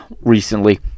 recently